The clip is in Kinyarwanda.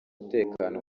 umutekano